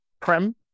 Prem